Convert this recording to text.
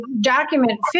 document